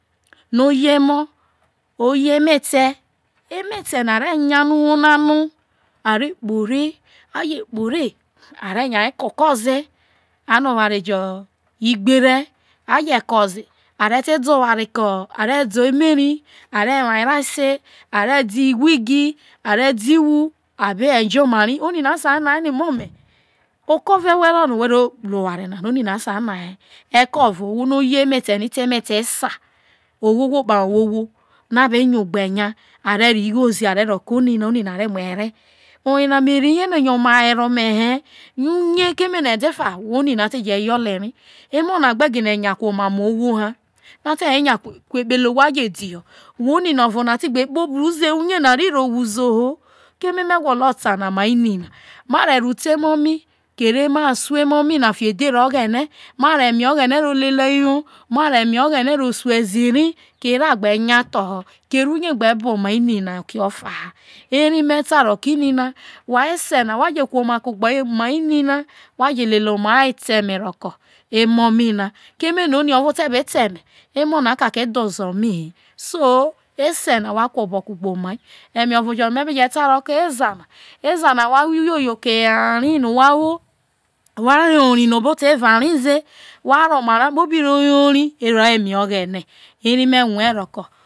oye emete emete na a re nya no̱ uwuo na no ave kpoko ave nya ko okoze a ve de emeri a re wa erace a re de iwigi a re de̱ ewu a be enjoy omari oni na sia na no mome oko ve we ro no wo ro de eware nana oni na sai na ha ko ohwo no o ye emete te emete esa ohwo hwo kpahe ohwo who na be nya ukpe nya a re reho ugho ze ro ke oni na re muho ere oyena me ri no oma were ome he keme a te nya ku omamohwo ho yo omawere ome he yo uye si gbo oma keme a te diho yo oni na ovo na a te gbe kpo bruze uye na u ri nu owhe uzuo ho ma rero te emo mai ma fiho edhere oghene na ro eme oghene lele yo kere a gbe nya tho̱ ho̱ wha ese na emo mia na eme ovo jo eza na wha wo uyoyor te eya ra woho eme oghen